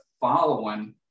following